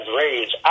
rage